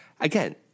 Again